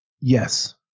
Yes